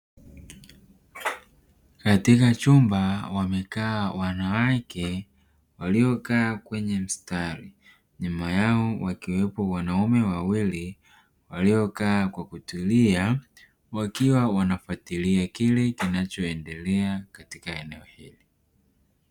Katika chumba wamekaa wanawake waliokaa kwenye mstari nyuma yao wakiwepo wanaume wawili waliokaa kwa kutilia wakiwa wanafuatilia kile kinachoendelea katika eneo hili